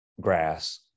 grass